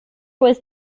was